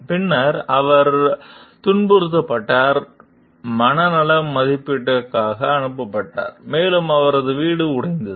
பின்னர் அவர் துன்புறுத்தப்பட்டார் மனநல மதிப்பீட்டிற்காக அனுப்பப்பட்டார் மேலும் அவரது வீடு உடைந்தது